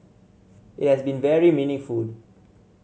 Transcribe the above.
it has been very meaningful